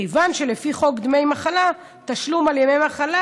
כיוון שלפי חוק דמי מחלה תשלום על ימי מחלה